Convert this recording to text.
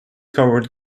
covered